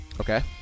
okay